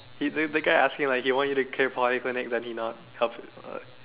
if the the guy ask me like he you want to